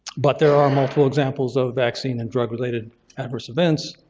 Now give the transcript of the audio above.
but there are multiple examples of vaccine and drug-related adverse events